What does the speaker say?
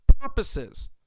purposes